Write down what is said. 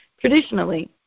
Traditionally